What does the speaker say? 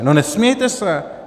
No nesmějte se!